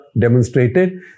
demonstrated